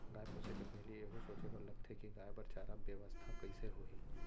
गाय पोसे के पहिली एहू सोचे बर लगथे कि गाय बर चारा बेवस्था कइसे होही